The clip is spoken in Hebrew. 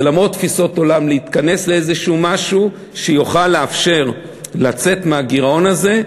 ולמרות תפיסות העולם להתכנס למשהו שיוכל לאפשר לצאת מהגירעון הזה,